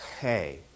hey